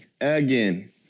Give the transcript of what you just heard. again